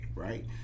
Right